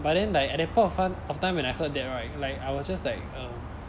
but then like at that point of time when I heard that right like I was just like um